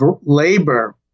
labor